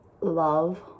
love